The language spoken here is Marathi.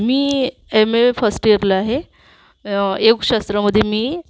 मी एम ए फर्स्ट ईयरला आहे योगशास्त्रामध्ये मी